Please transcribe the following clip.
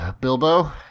Bilbo